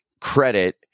credit